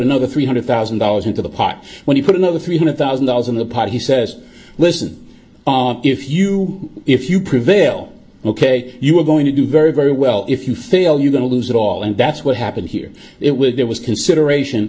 another three hundred thousand dollars into the pot when you put another three hundred thousand dollars in the pot he says listen if you if you prevail ok you are going very to do very well if you fail you going to lose it all and that's what happened here it was there was consideration